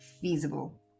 feasible